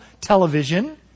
television